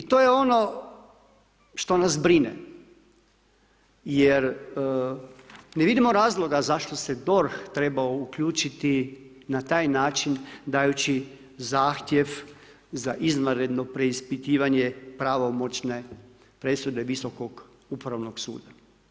I to je ono što nas brine jer ne vidimo razloga zašto se DORH trebao uključiti na taj način dajući zahtjev za izvanredno preispitivanje pravomoćne presude Visokog upravnog suda.